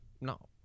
no